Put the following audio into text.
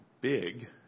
big